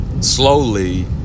slowly